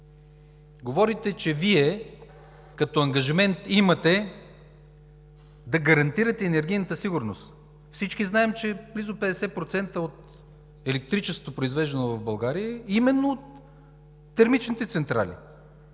Говорите, че Вие имате като ангажимент да гарантирате енергийната сигурност. Всички знаем, че близо 50% от електричеството, произвеждано в България, е именно от термичните централи.